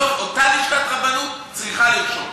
בסוף אותה לשכת רבנות צריכה לרשום.